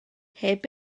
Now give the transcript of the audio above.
heb